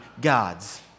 God's